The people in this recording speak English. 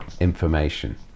information